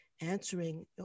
answering